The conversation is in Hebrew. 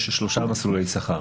יש שלושה מסלולי שכר.